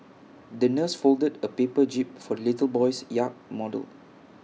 the nurse folded A paper jib for the little boy's yacht model